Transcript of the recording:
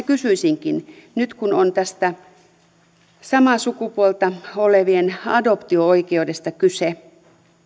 kysyisinkin nyt kun on tästä samaa sukupuolta olevien adoptio oikeudesta kyse